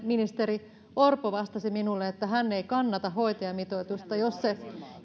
ministeri orpo vastasi minulle että hän ei kannata hoitajamitoitusta jos se